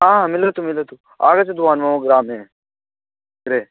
आ मिलतु मिलतु आगच्छतु मम ग्रामं ग्रामम्